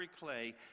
clay